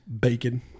bacon